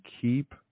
keep